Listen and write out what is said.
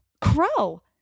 Crow